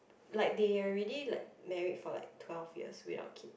like they already like married for like twelve years without kids